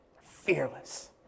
fearless